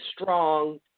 strong